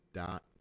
dot